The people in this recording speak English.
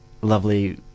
Lovely